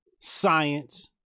Science